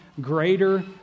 greater